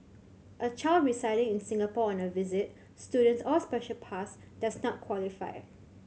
a child residing in Singapore on a visit student's or special pass does not qualify